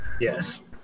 Yes